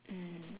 mm